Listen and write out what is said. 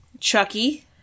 Chucky